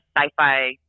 sci-fi